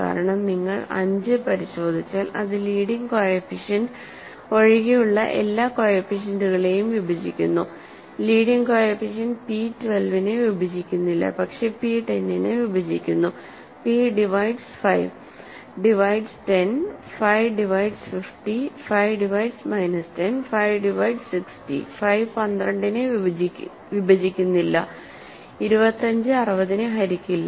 കാരണം നിങ്ങൾ 5 പരിശോധിച്ചാൽ അത് ലീഡിങ്ങ് കോഎഫിഷ്യന്റ് ഒഴികെയുള്ള എല്ലാ കോഎഫിഷ്യന്റുകളെയും വിഭജിക്കുന്നു ലീഡിങ് കോഎഫിഷ്യന്റ് പി 12 നെ വിഭജിക്കുന്നില്ല പക്ഷേ പി 10നെ വിഭജിക്കുന്നു P divides 5 divides 10 5 divides 50 5 divides minus 10 5 divides 60 5 12 നെ വിഭജിക്കുന്നില്ല 25 60 നെ ഹരിക്കില്ല